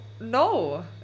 no